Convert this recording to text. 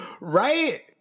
Right